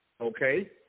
Okay